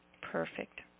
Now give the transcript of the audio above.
Perfect